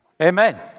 Amen